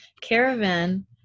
Caravan